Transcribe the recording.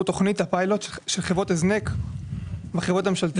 תכנית הפיילוט של חברות הזנק בחברות הממשלתיות.